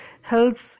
helps